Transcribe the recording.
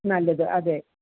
നല്ലത് അതെ